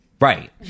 right